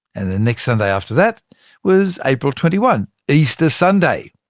and the next sunday after that was april twenty one easter sunday.